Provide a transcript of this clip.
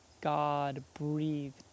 God-breathed